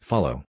Follow